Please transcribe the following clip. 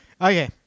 Okay